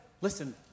listen